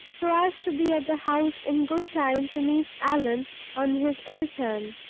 so as to be at the house in good time to meet allan on his return.